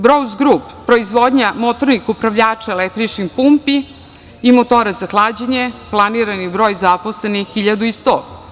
Bros grup“ proizvodnja motornih upravljača električnih pumpi i motora za hlađenje, planirani broj zaposlenih 1.100.